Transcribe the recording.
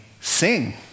sing